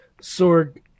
Sword